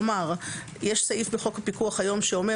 כלומר יש סעיף בחוק הפיקוח היום שאומר